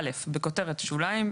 (א)בכותרת השוליים,